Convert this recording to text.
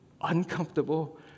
uncomfortable